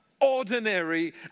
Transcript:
ordinary